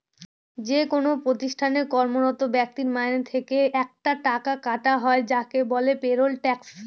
যেকোনো প্রতিষ্ঠানে কর্মরত ব্যক্তির মাইনে থেকে একটা টাকা কাটা হয় যাকে বলে পেরোল ট্যাক্স